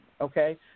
Okay